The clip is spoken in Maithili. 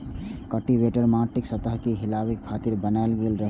कल्टीवेटर माटिक सतह कें हिलाबै खातिर बनाएल गेल छै